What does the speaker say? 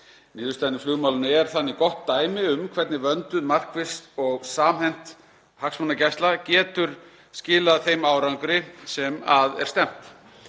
Niðurstaðan í flugmálinu er þannig gott dæmi um hvernig vönduð, markviss og samhent hagsmunagæsla getur skilað þeim árangri sem að er stefnt.